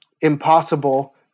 impossible